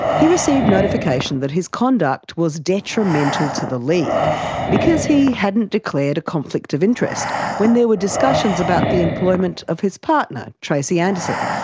he received notification that his conduct was detrimental to the league because he had not declared a conflict of interest when there were discussions about the employment of his partner, tracey anderson,